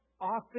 often